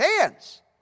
hands